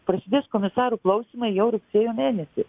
prasidės komisarų klausymai jau rugsėjo mėnesį